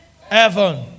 heaven